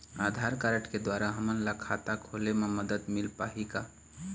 आधार card के द्वारा हमन ला खाता खोले म मदद मिल पाही का?